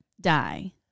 die